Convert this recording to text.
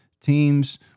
teams